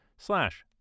slash